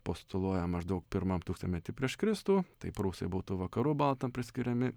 postuluoja maždaug pirmam tūkstantmety prieš kristų tai prūsai būtų vakarų baltam priskiriami